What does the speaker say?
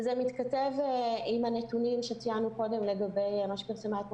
וזה מתכתב עם הנתונים שציינו קודם לגבי מה שפרסמה אתמול